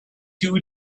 two